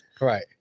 Right